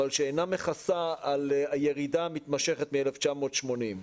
אבל שאינה מכסה על הירידה המתמשכת מ-1980.